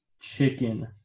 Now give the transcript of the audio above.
chicken